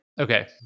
Okay